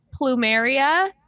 plumeria